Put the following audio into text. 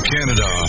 Canada